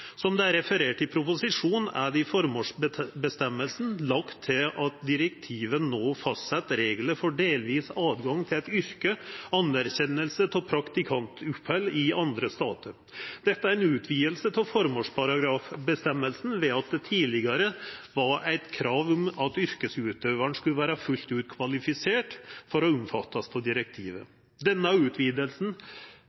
Som det er referert i proposisjonen: «I formålsbestemmelsen er det lagt til at direktivet fastsetter regler for delvis adgang til et yrke og anerkjennelse av praktikantopphold i andre stater. Dette er en utvidelse av formålsbestemmelsen ved at det tidlegere var et krav om at yrkesutøveren skulle være fullt ut kvalifisert for å omfattes av direktivet.»